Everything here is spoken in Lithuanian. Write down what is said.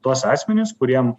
tuos asmenis kuriem